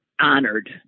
honored